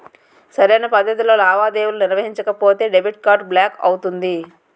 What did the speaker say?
సరైన పద్ధతిలో లావాదేవీలు నిర్వహించకపోతే డెబిట్ కార్డ్ బ్లాక్ అవుతుంది